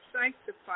sanctify